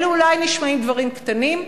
אלה אולי נשמעים דברים קטנים,